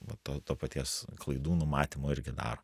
vat to to paties klaidų numatymo irgi daro